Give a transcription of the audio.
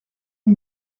une